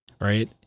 right